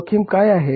जोखीम काय आहेत